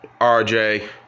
RJ